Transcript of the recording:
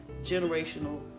generational